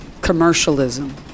commercialism